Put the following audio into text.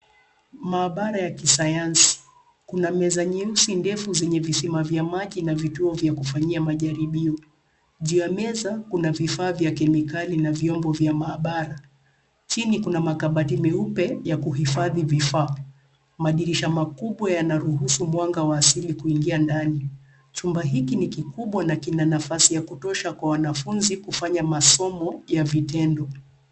Maabara ya kisayansi, kuna meza nyeusi ndefu zenye visima vya maji na vituo vya kufanyia majaribio. Juu ya meza kuna vifaa vya kemikali na vyombo vya maabara, chini kuna makabati meupe ya kuhifadhi vifaa. Madirisha makubwa yanaruhusu mwanga wa asili kuingia ndani. Chumba hiki ni kikubwa na kina nafasi ya kutosha kwa wanafunzi kufanya masomo ya vitendo.